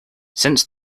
since